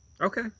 Okay